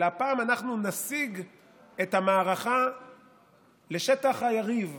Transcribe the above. אלא הפעם אנחנו נסיג את המערכה לשטח היריב.